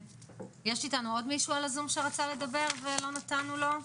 יש איתנו עוד מישהו על הזום שרצה לדבר ולא נתנו לו?